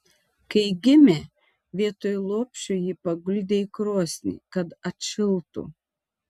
kai gimė vietoj lopšio jį paguldė į krosnį kad atšiltų